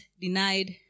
denied